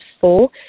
four